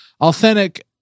authentic